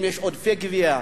אם יש עודפי גבייה,